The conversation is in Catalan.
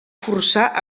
forçar